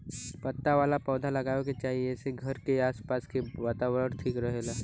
पत्ता वाला पौधा लगावे के चाही एसे घर के आस पास के वातावरण ठीक रहेला